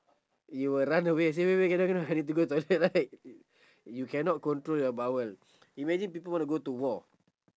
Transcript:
you will run away say wait wait cannot cannot I need to go toilet right you cannot control your bowel imagine people want to go to war